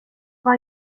vad